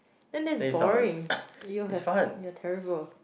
then that's boring you have you are terrible